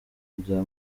bya